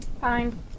Fine